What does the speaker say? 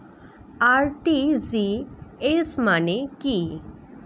RTGS মানে কি?